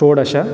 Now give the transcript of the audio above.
षोडश